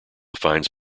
finds